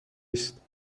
است